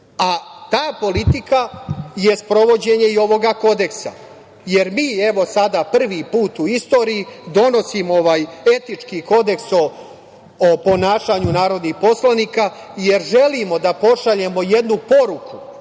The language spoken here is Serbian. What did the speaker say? politika je sprovođenje i ovog Kodeksa, jer mi evo sada prvi put u istoriji donosimo ovaj etički Kodeks o ponašanju narodnih poslanika, jer želimo da pošaljemo jednu poruku